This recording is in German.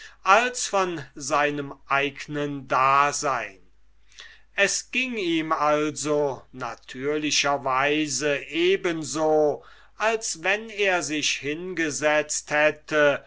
als von seinem eignen dasein es erging ihm also natürlicherweise eben so als wenn er sich hingesetzt hätte